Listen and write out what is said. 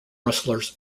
wrestlers